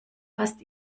fast